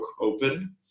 open